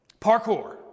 Parkour